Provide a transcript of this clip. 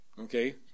Okay